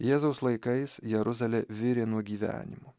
jėzaus laikais jeruzalė virė nuo gyvenimo